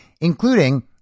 including